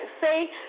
say